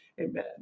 Amen